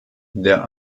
der